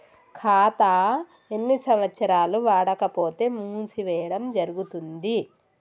ఖాతా ఎన్ని సంవత్సరాలు వాడకపోతే మూసివేయడం జరుగుతుంది?